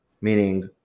meaning